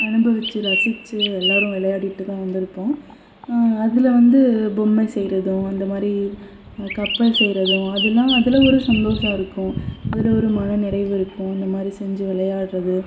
அனுபவித்து ரசித்து எல்லோரு விளையாடிட்டு தான் வந்து இருப்போம் அதில் வந்து பொம்மை செய்கிறதும் அந்த மாதிரி கப்பல் செய்கிறதும் அதெலாம் அதில் ஒரு சதோஷம் இருக்கும் அதில் ஒரு மனநிறைவு இருக்கும் அந்த மாதிரி செஞ்சு விளையாடுகிறது